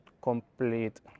complete